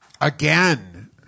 Again